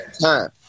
time